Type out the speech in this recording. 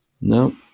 No